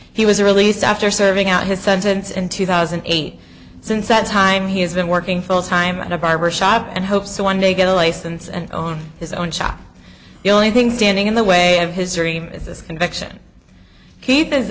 he was released after serving out his sentence in two thousand and eight since that time he has been working full time at a barber shop and hopes one day get a license and own his own shop the only thing standing in the way of his remit this conviction ke